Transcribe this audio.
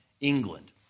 England